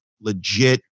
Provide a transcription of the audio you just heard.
Legit